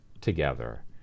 together